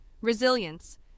resilience